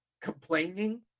complaining